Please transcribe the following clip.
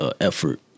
effort